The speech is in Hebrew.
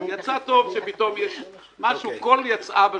שפתאום בת קול יצאה משמיים,